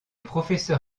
professeur